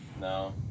No